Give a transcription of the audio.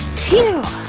phew!